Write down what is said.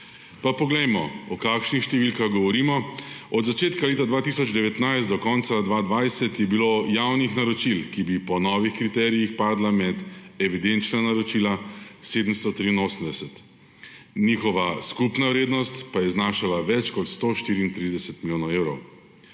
Pa poglejmo, o kakšnih številkah govorimo. Od začetka leta 2019 do konca 2020 je bilo javnih naročil, ki bi po novih kriterijih padla med evidenčna naročila, 783. Njihova skupna vrednost pa je znašala več kot 134 milijonov evrov.